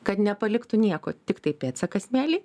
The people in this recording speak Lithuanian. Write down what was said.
kad nepaliktų nieko tiktai pėdsaką smėly